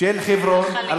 על חברון.